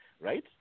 right